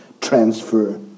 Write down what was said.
transfer